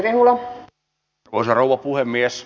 arvoisa rouva puhemies